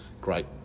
great